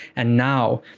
and now,